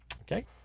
Okay